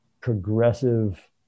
progressive